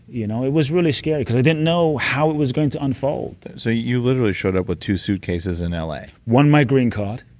you know it was really scary because i didn't know how it was going to unfold so you literally showed up with two suitcases in l a one, my green card,